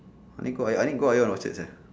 I need go I need go ion orchard sia